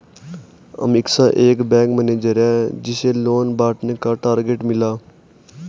अमीषा एक bank manager है जिसे लोन बांटने का टारगेट मिला